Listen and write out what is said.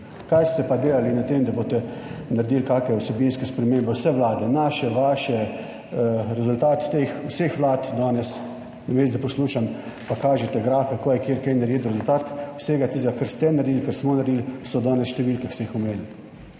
kaj ste pa delali na tem, da boste naredili kakšne vsebinske spremembe, vse vlade, naše, vaše rezultate teh vseh vlad danes, namesto, da poslušam, pa kažite grafe kaj je kdo kaj narediti, rezultat vsega tistega kar ste naredili, kar smo naredili, so danes številke, ki ste jih omenili.